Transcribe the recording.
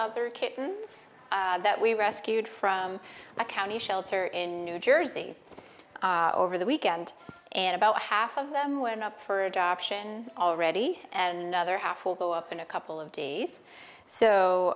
twenty three kittens that we rescued from a county shelter in new jersey over the weekend and about half of them went up for adoption already and other half will go up in a couple of days so